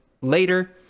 later